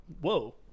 whoa